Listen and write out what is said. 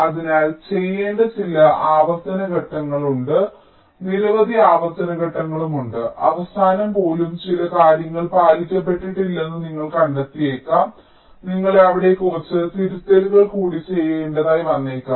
അതിനാൽ ചെയ്യേണ്ട ചില ആവർത്തന ഘട്ടങ്ങളുണ്ട് നിരവധി ആവർത്തന ഘട്ടങ്ങളുണ്ട് അവസാനം പോലും ചില കാര്യങ്ങൾ പാലിക്കപ്പെട്ടിട്ടില്ലെന്ന് നിങ്ങൾ കണ്ടെത്തിയേക്കാം നിങ്ങൾ അവിടെ കുറച്ച് തിരുത്തലുകൾ കൂടി ചെയ്യേണ്ടതായി വന്നേക്കാം